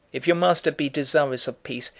if your master be desirous of peace,